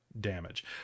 damage